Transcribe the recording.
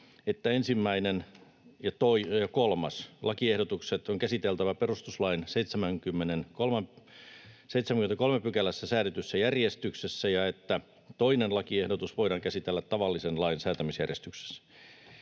että 1. ja 3. lakiehdotus on käsiteltävä perustuslain 73 §:ssä säädetyssä järjestyksessä ja että 2. lakiehdotus voidaan käsitellä tavallisen lain säätämisjärjestyksessä.